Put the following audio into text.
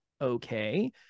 okay